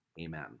Amen